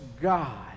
God